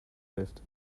lived